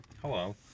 hello